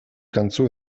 концу